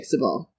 fixable